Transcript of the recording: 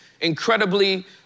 incredibly